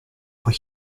for